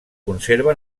conserva